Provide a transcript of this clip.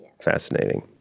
fascinating